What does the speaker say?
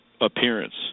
appearance